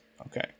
okay